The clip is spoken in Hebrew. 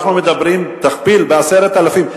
תכפיל ב-10,000,